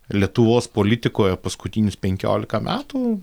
lietuvos politikoje paskutinius penkiolika metų